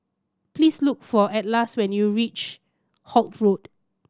please look for Atlas when you reach Holt Road